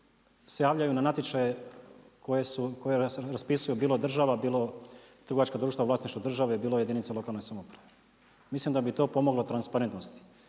se javljaju na natječaje koje su, koje raspisuje bilo država, bilo trgovačka društva u vlasništvu države, bilo jedinica lokalne samouprave. Mislim da bi to pomoglo transparentnosti.